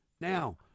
Now